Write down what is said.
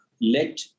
let